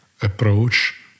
approach